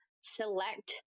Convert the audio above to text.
select